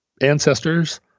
ancestors